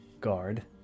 Guard